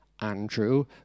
Andrew